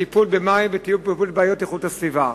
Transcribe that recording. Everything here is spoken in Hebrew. טיפול במים וטיפול בבעיות איכות סביבה.